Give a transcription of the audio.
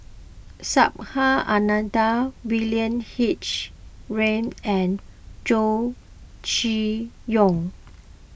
Subhas Anandan William H Read and Chow Chee Yong